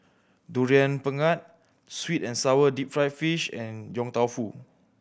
Durian Pengat sweet and sour deep fried fish and Yong Tau Foo